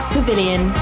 Pavilion